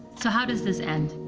so how does this end?